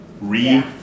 re